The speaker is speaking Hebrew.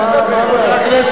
מה העניין?